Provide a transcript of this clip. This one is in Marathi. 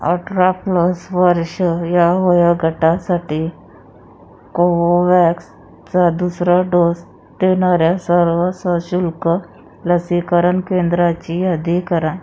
अठरा प्लस वर्ष या वयोगटासाठी कोवोव्हॅक्सचा दुसरा डोस देणाऱ्या सर्व सशुल्क लसीकरण केंद्राची यादी करा